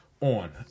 on